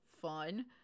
fun